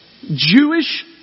Jewish